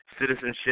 citizenship